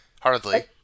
hardly